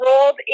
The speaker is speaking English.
rolled